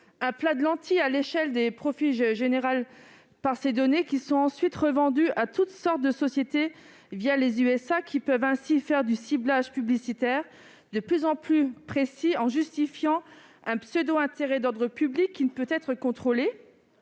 Un « plat de lentilles » à l'échelle des profits suscités par ces données, qui sont ensuite revendues à toutes sortes de sociétés, qui, les États-Unis, peuvent ainsi faire du ciblage publicitaire de plus en plus précis, en justifiant un pseudo-intérêt d'ordre public qui ne peut être contrôlé.